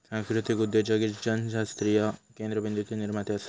सांस्कृतीक उद्योजक हे ज्ञानशास्त्रीय केंद्रबिंदूचे निर्माते असत